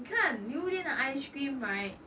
你看榴莲的 ice cream right